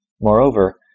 Moreover